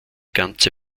ganze